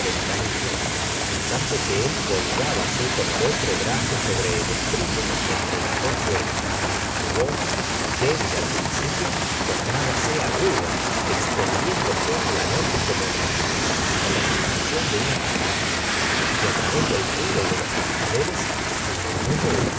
ventanilla en tanto que él colgábase con el otro brazo sobre el estribo entre las dos ruedas su voz débil al principio tornábase aguda extendiéndose en la noche como la indistinta lamentación de una catástrofe y a través del ruido de los cascabeles el murmullo de los